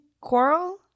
coral